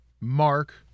Mark